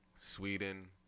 Sweden